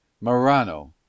Morano